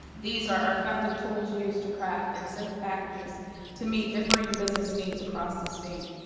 these are are effective tools used to craft incentive packages to meet differing business needs across the state.